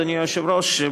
אדוני היושב-ראש,